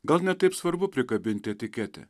gal ne taip svarbu prikabinti etiketę